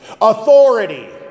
authority